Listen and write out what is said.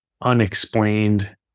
unexplained